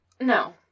No